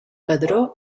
padró